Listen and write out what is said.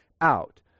out